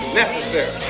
necessary